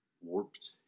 warped